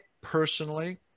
personally